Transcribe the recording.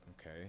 okay